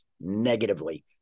negatively